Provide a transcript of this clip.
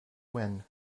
when